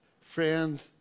friend